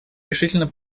решительно